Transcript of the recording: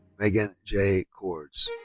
meghann jai cords.